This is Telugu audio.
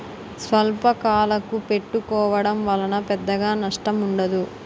స్వల్పకాలకు పెట్టుకోవడం వలన పెద్దగా నష్టం ఉండదు